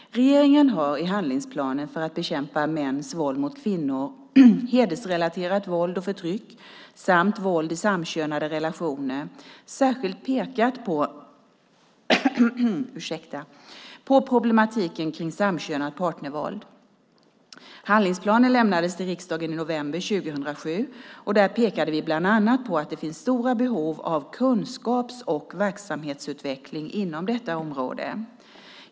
Regeringen har i handlingsplanen för att bekämpa mäns våld mot kvinnor, hedersrelaterat våld och förtryck samt våld i samkönade relationer särskilt pekat på problematiken kring samkönat partnervåld. Handlingsplanen lämnades till riksdagen i november 2007, och där pekade vi bland annat på att det finns stora behov av kunskaps och verksamhetsutveckling inom detta område.